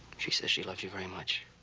she says she loves you very much.